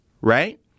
Right